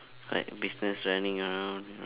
like business running around you know